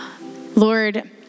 Lord